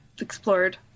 explored